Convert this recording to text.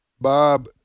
Bob